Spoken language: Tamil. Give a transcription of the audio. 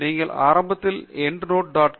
நீங்கள் ஆரம்பத்தில் எண்டுநோட்